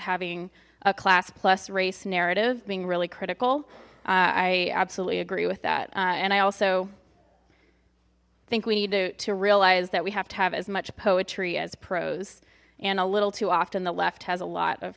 having a class plus race narrative being really critical i absolutely agree with that and i also think we need to realize that we have to have as much poetry as prose and a little too often the left has a lot of